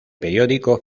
periódico